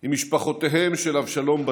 עם משפחתו של יונתן ברנס,